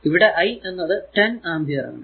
ഇവിടെ I എന്നത് 10 ampere ആണ്